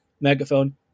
Megaphone